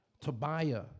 Tobiah